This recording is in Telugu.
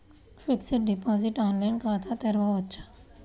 ఫిక్సడ్ డిపాజిట్ ఆన్లైన్ ఖాతా తెరువవచ్చా?